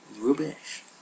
rubbish